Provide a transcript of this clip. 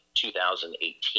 2018